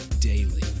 daily